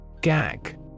Gag